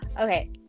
Okay